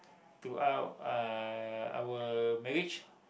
to uh our marriage